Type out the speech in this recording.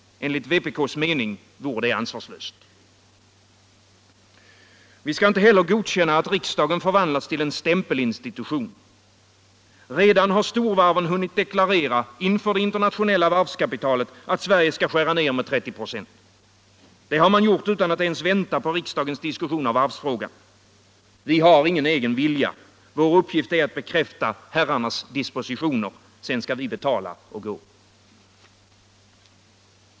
Enligt vpk:s mening vore det ansvarslöst. Vi skall inte heller godkänna att riksdagen förvandlas till en stäm pelinstitution. Redan har storvarven inför det internationella varvskapitalet hotat att Sverige skall skära ned med 30 96. Det har man gjort utan att ens vänta på riksdagens diskussion av varvsfrågan. Vi har ingen egen vilja. Vår uppgift är att bekräfta herrarnas dispositioner; sedan skall vi betala och gå.